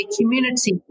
community